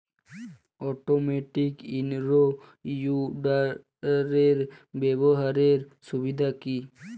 Automatic in row উইডারের ব্যবহারের সুবিধা কি?